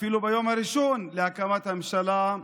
אפילו ביום הראשון להקמת הממשלה,